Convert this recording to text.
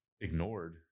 ignored